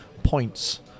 points